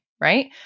Right